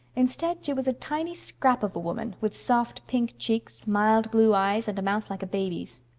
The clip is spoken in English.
instead, she was a tiny scrap of a woman, with soft pink cheeks, mild blue eyes, and a mouth like a baby's.